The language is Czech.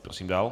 Prosím dál.